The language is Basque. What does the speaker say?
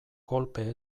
kolpe